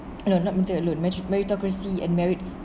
no not measure it alone match~ meritocracy and merits